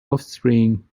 offspring